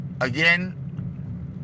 Again